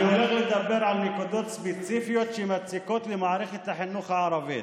אני הולך לדבר על נקודות ספציפיות שמציקות למערכת החינוך הערבית.